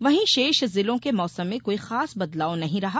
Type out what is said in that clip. वहीं शेष जिलों के मौसम में कोई खास बदलाव नहीं रहा